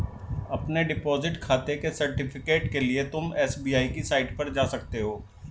अपने डिपॉजिट खाते के सर्टिफिकेट के लिए तुम एस.बी.आई की साईट पर जा सकते हो